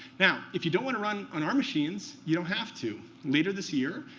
now, if you don't want to run on our machines, you don't have to. later this year,